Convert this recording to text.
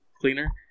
cleaner